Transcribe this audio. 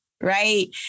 right